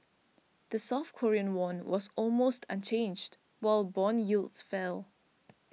the South Korean won was almost unchanged while bond yields fell